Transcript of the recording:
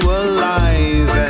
alive